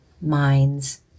minds